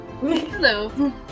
Hello